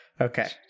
Okay